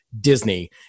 disney